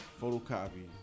photocopy